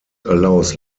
allows